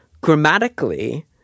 grammatically